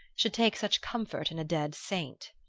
should take such comfort in a dead saint.